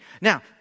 Now